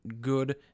good